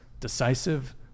Decisive